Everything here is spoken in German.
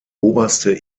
oberste